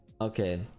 Okay